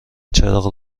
چراغ